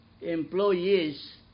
employees